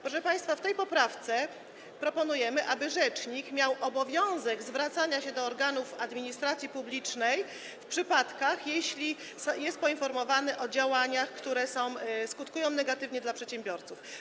Proszę państwa, w tej poprawce proponujemy, aby rzecznik miał obowiązek zwracania się do organów administracji publicznej w przypadkach, gdy jest poinformowany o działaniach, które skutkują negatywnie dla przedsiębiorców.